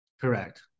Correct